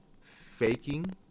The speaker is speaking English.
faking